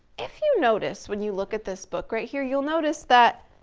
if you notice, when you look at this book right here, you'll notice that,